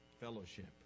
fellowship